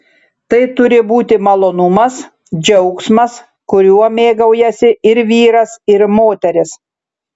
tai turi būti malonumas džiaugsmas kuriuo mėgaujasi ir vyras ir moteris